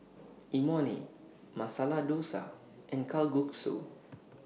Imoni Masala Dosa and Kalguksu